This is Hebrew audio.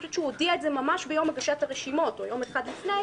אני חושבת שהוא הודיע את זה ממש ביום הגשת הרשימות או יום אחד לפני,